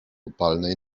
upalnej